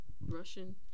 Russian